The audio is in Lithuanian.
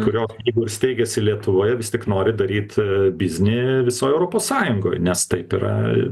kurios jeigu ir steigiasi lietuvoje vis tik nori daryt biznį visoj europos sąjungoj nes taip yra